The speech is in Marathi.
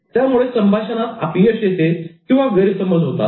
त्यामुळे संभाषणात अपयश येते किंवा गैरसमज होतात